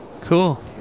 Cool